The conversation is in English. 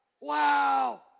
wow